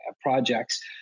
projects